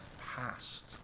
passed